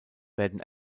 werden